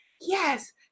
yes